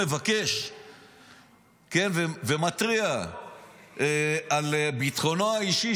אם הוא מבקש ומתריע על ביטחונו האישי,